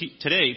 today